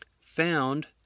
found